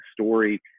story